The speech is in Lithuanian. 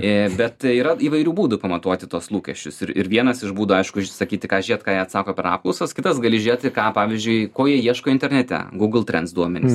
i bet yra įvairių būdų pamatuoti tuos lūkesčius ir ir vienas iš būdų aišku išsakyti ką žiūrėt ką jie atsako per apklausas kitas gali žiūrėti ką pavyzdžiui ko jie ieško internete gūgl trends duomenys